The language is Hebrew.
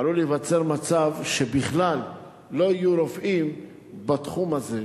עלול להיווצר מצב שבכלל לא יהיו רופאים בתחום הזה.